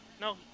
no